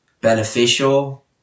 beneficial